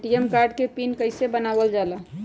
ATM card के PIN कैसे बनावल जाला?